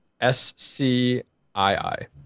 S-C-I-I